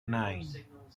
nine